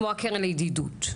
כמו הקרן לידידות.